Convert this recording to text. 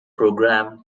programme